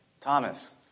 Thomas